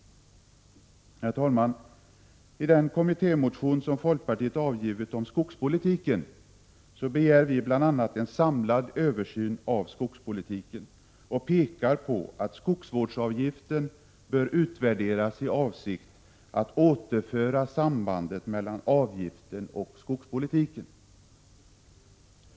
Herr talman! I den kommittémotion som folkpartiet avgivit om skogspolitiken begär vi bl.a. en samlad översyn av skogspolitiken och pekar på att skogsvårdsavgiften bör utvärderas i avsikt att återföra sambandet mellan avgiften och skogspolitiken.